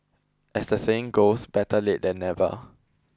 as the saying goes better late than never